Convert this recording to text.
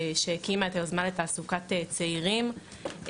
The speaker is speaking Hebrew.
שהקימה את היוזמה לתעסוקת צעירים.